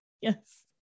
yes